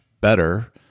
better